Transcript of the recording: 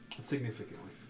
Significantly